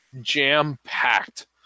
jam-packed